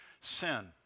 sin